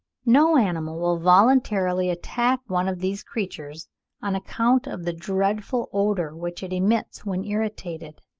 no animal will voluntarily attack one of these creatures on account of the dreadful odour which it emits when irritated